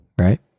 right